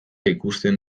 ikusten